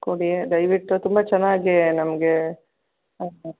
ಕೊಡಿ ದಯವಿಟ್ಟು ತುಂಬ ಚೆನ್ನಾಗಿ ನಮಗೆ ಒಕೆ